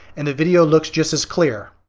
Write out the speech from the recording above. and the video looks just as clear.